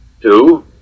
Two